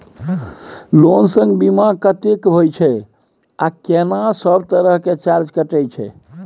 Loan संग बीमा कत्ते के होय छै आ केना सब तरह के चार्ज कटै छै?